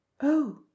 Oh